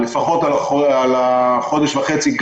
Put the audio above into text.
לפחות על חודש וחצי,